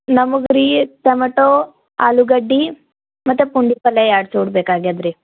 ನಮ್ಗೆ ರೀ ಟಮಟೋ ಆಲೂಗಡ್ಡಿ ಮತ್ತು ಪುಂಡಿಪಲ್ಯ ಎರಡು ಬೇಕಾಗ್ಯಾದ ರೀ